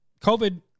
COVID